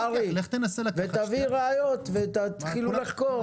קרעי, תביא ראיות ותתחילו לחקור.